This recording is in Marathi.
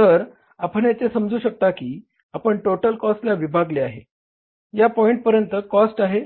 तर आपण येथे समजू शकता की आपण टोटल कॉस्टला विभागले आहे या पॉईंट पर्यंत कॉस्ट आहे